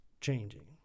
changing